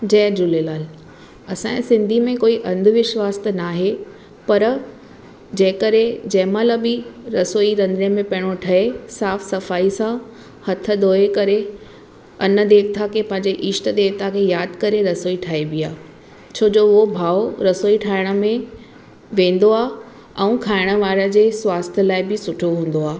जय झूलेलाल असांजे सिंधी में कोई अंध विश्वासु त न आहे पर जे कॾहिं जंहिं महिल बि रसोई रंधिणे में पहिरियों ठहे साफ़ु सफ़ाई सां हथ धोई करे अन देवता खे पंहिंजे इष्ट देवता खे यादि करे रसोई ठाहिबी आहे छो जो उहो भाव रसोई ठाहिण में वेंदो आहे ऐं खाइणु वारे जे स्वास्थ लाइ बि सुठो हूंदो आहे